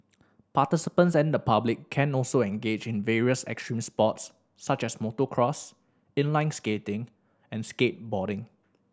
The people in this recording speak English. participants and the public can also engage in various extreme sports such as motocross inline skating and skateboarding